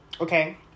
Okay